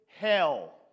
hell